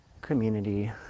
community